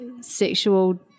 sexual